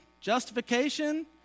justification